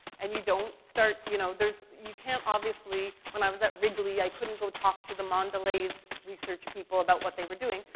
and you don't start, you know, there's you can't obviously when i was at wrigley, i couldn't go talk to the mondel z research people about what they were doing,